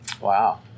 Wow